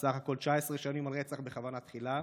בסך הכול 19 שנים על רצח בכוונת תחילה,